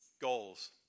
Goals